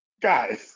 Guys